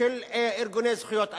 של ארגוני זכויות אדם.